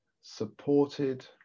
supported